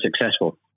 successful